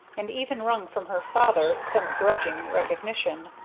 and even wrung from her father some grudging recognition.